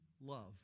Love